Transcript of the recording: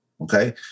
Okay